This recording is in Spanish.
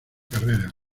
carrera